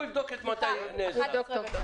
הוא יבדוק מתי נאסרו אירועים.